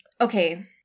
Okay